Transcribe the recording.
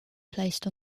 placed